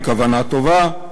עם כוונה טובה,